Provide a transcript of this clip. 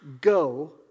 go